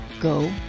Go